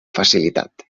facilitat